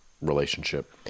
relationship